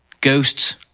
Ghosts